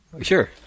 Sure